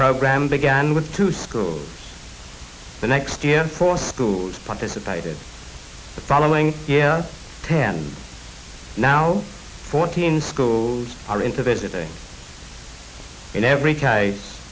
program began with to school the next year for schools participated the following year ten now fourteen schools are in for visiting in every case